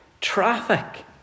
Traffic